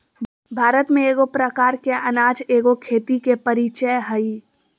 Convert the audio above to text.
भारत में एगो प्रकार के अनाज एगो खेती के परीचय हइ